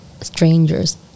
strangers